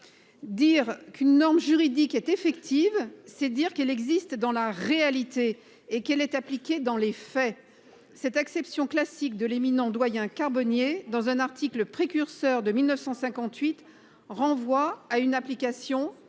Dire qu'une norme juridique est effective, c'est dire qu'elle existe dans la réalité et qu'elle est appliquée dans les faits. Cette acception classique de l'éminent doyen Carbonnier dans un article précurseur de 1958 renvoie à une application effective